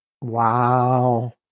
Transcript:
Wow